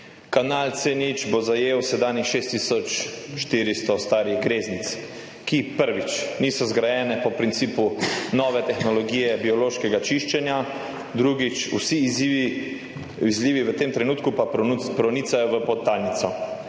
zajel sedanjih 6 tisoč 400 starih greznic, ki, prvič, niso zgrajene po principu nove tehnologije biološkega čiščenja, drugič, vsi izzivi, izzivi v tem trenutku pa pronicajo v podtalnico.